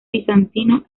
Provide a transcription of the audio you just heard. bizantino